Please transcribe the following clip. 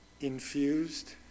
infused